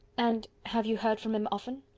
and have you heard from him often?